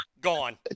gone